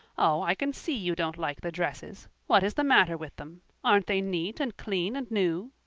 oh, i can see you don't like the dresses! what is the matter with them? aren't they neat and clean and new?